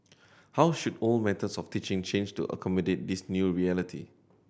how should old methods of teaching change to accommodate this new reality